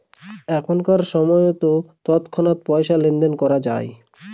এখনকার সময়তো তৎক্ষণাৎ পয়সা লেনদেন করা হয়